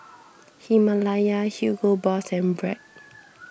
Himalaya Hugo Boss and Bragg